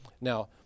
Now